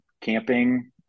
camping